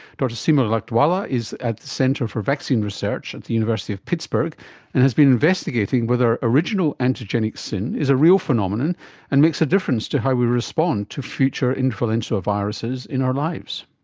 dr seema lakdawala is at the centre for vaccine research at the university of pittsburgh and has been investigating whether original antigenic sin is a real phenomenon and makes a difference to how we respond to future influenza viruses in our lives.